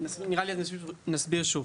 נסביר שוב.